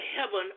heaven